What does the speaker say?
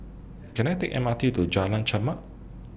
Can I Take M R T to Jalan Chermat